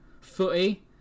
footy